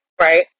Right